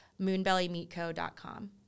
moonbellymeatco.com